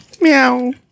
Meow